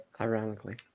ironically